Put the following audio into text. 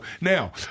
now